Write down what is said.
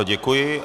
Děkuji.